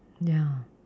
ya